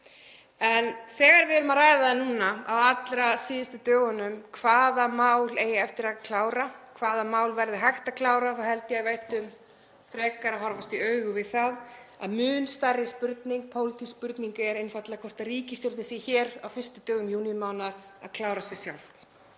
En þegar við erum að ræða núna á allra síðustu dögunum hvaða mál eigi eftir að klára, hvaða mál verði hægt að klára, þá held ég að við ættum frekar að horfast í augu við það að mun stærri pólitísk spurning er einfaldlega hvort ríkisstjórnin sé hér á fyrstu dögum júnímánaðar að klára sig sjálf.